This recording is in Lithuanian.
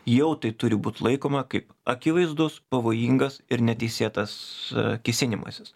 jau tai turi būt laikoma kaip akivaizdus pavojingas ir neteisėtas kėsinimasis